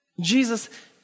Jesus